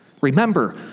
Remember